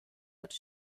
wurde